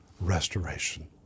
restoration